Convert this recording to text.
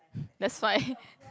that's why